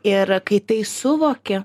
ir kai tai suvoki